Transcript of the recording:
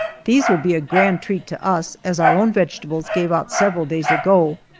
these will be a grand treat to us, as our own vegetables gave out several days ago.